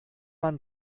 man